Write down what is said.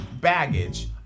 baggage